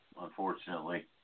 unfortunately